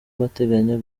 bateganya